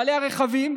בעלי הרכבים,